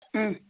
ꯎꯝ